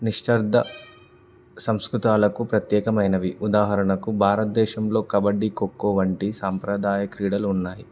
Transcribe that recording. నిశ్చర్ధ సంస్కృతాలకు ప్రత్యేకమైనవి ఉదాహరణకు భారతదేశంలో కబడ్డీ ఖోఖో వంటి సాంప్రదాయ క్రీడలు ఉన్నాయి